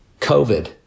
COVID